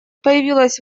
появилась